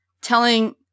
telling